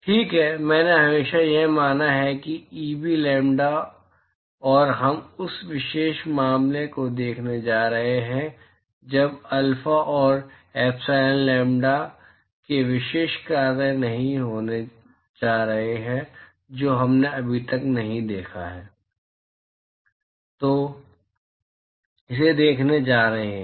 ठीक है मैंने हमेशा यह माना है कि ईबी लैम्ब्डा और हम उस विशेष मामले को देखने जा रहे हैं जब अल्फा और एप्सिलॉन लैम्ब्डा के विशेष कार्य नहीं होने जा रहे हैं जो हमने अभी तक नहीं देखा है हम इसे देखने जा रहे हैं